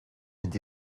mynd